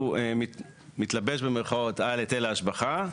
שהוא "מתלבש" על היטל ההשבחה.